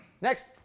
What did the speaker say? Next